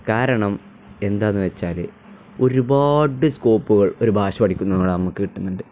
കാരണം എന്താണെന്നുവച്ചാല് ഒരുപാട് സ്കോപ്പുകൾ ഒരു ഭാഷ പഠിക്കുന്നതിലൂടെ നമുക്കു കിട്ടുന്നുണ്ട്